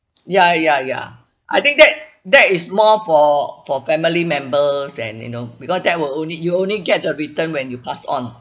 ya ya ya I think that that is more for for family members and you know because that were only you only get the return when you pass on